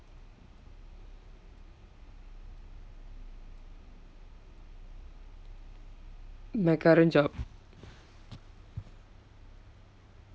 my current job